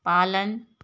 पालन